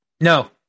No